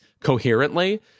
coherently